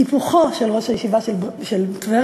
היפוכו של ראש הישיבה של טבריה,